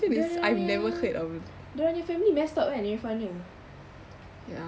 dia punya dorang nya family messed up kan irfan nya